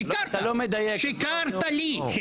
שיקרת, שיקרת לי.